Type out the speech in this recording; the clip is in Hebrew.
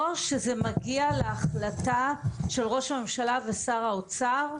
או שזה מגיע להחלטה של ראש הממשלה ושר האוצר,